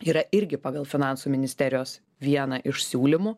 yra irgi pagal finansų ministerijos vieną iš siūlymų